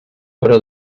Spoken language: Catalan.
però